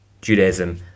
Judaism